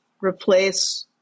replace